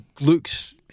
looks